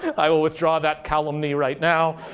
i will withdraw that calumny right now.